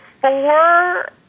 four